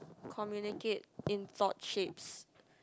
communicate in thought shapes